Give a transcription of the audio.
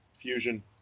Fusion